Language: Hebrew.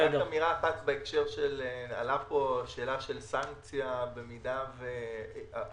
למעט אמירה אחת בנוגע לשאלה של סנקציה נוספת,